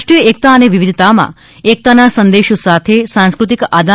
રાષ્ટ્રીય એકતા અને વિવિધતામાં એકતાના સંદેશ સાથે સાંસ્ક્રતિક આદાન